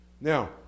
Now